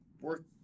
work